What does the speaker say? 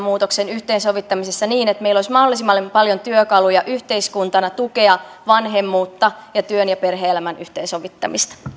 muutoksen yhteensovittamisessa niin että meillä olisi mahdollisimman paljon työkaluja yhteiskuntana tukea vanhemmuutta ja työn ja perhe elämän yhteensovittamista